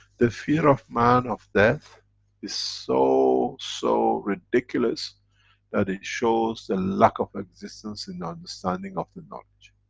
the fear of man of death is so, so, ridiculous that it shows the lack of existence, in the understanding of the knowledge.